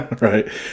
Right